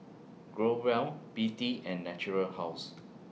Growell B D and Natura House